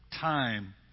time